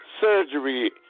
surgery